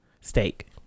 Steak